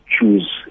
choose